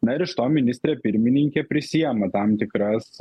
na ir iš to ministrė pirmininkė prisiėma tam tikras